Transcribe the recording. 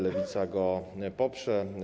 Lewica go poprze.